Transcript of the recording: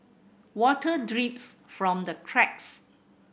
water drips from the cracks